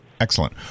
excellent